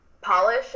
polish